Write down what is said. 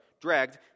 Dragged